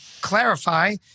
clarify